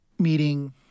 Meeting